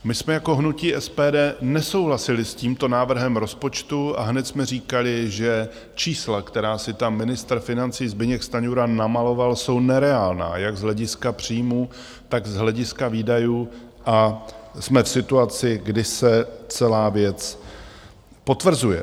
My jsme jako hnutí SPD nesouhlasili s tímto návrhem rozpočtu a hned jsme říkali, že čísla, která si tam ministr financí Zbyněk Stanjura namaloval, jsou nereálná jak z hlediska příjmů, tak z hlediska výdajů, a jsme v situaci, kdy se celá věc potvrzuje.